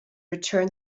return